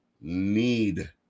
need